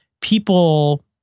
people